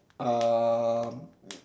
uh